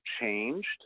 changed